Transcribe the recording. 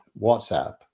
WhatsApp